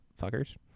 fuckers